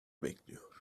bekliyor